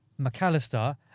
McAllister